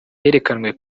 herekanwe